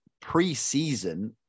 preseason